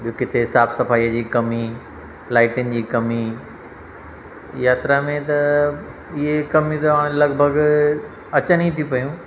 ॿिए किथे साफ़ सफाईअ जी कमी लाईटिन जी कमी यात्रा में त इहे कमियूं त लॻभॻि अचनि ई थियूं पयूं